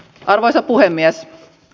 arvoisa puhemies